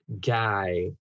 guy